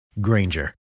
Granger